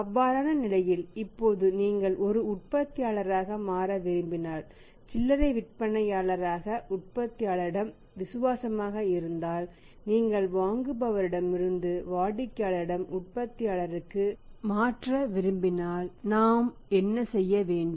அவ்வாறான நிலையில் இப்போது நீங்கள் ஒரு உற்பத்தியாளராக மாற விரும்பினால் சில்லறை விற்பனையாளர்கள் உற்பத்தியாளர்களிடம் விசுவாசமாக இருந்தால் நீங்கள் வாங்குபவர்களிடமிருந்து வாடிக்கையாளரிடம் உற்பத்தியாளருக்கு மாற்ற விரும்பினால் நாங்கள் என்ன செய்ய வேண்டும்